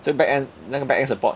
所以 back end 那个 back end support